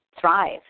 thrive